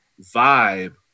vibe